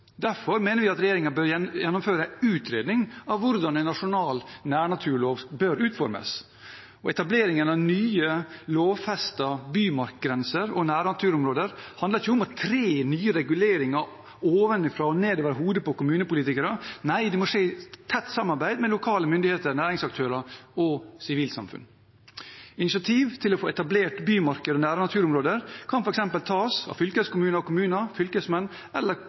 Derfor mener vi at regjeringen bør gjennomføre en utredning av hvordan en nasjonal nærnaturlov bør utformes. Og etableringen av nye, lovfestede bymarkgrenser og nærnaturområder handler ikke om å tre nye reguleringer ovenfra og ned over hodet på kommunepolitikere. Nei, det må skje i tett samarbeid med lokale myndigheter, næringsaktører og sivilsamfunn. Initiativ til å få etablert bymarker og nærnaturområder kan f.eks. tas av fylkeskommuner og kommuner, av fylkesmenn eller